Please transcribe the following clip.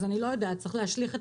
אז אני לא יודעת צריך להשליך את